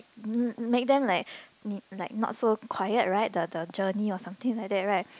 m~ make them like n~ not so quiet right the the journey or something like that right